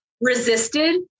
resisted